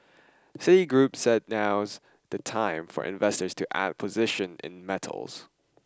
Citigroup said now's the time for investors to add positions in metals